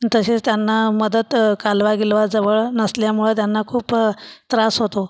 तशेच त्यांना मदतं कालवा गिलवा जवळ नसल्यामुळं त्यांना खूपं त्रास होतो